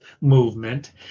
movement